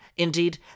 Indeed